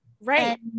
Right